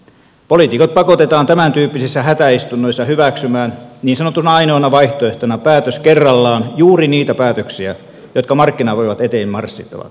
poliitikot pakotetaan tämäntyyppisissä hätäistunnoissa hyväksymään niin sanottuna ainoana vaihtoehtona päätös kerrallaan juuri niitä päätöksiä jotka markkinavoimat eteen marssittavat